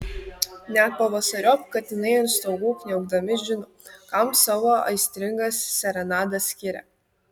net pavasariop katinai ant stogų kniaukdami žino kam savo aistringas serenadas skiria